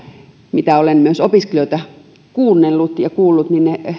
mitä olen myös opiskelijoita kuunnellut ja kuullut